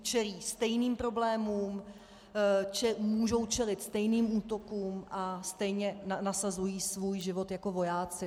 Čelí stejným problémům, můžou čelit stejným útokům a stejně nasazují svůj život jako vojáci.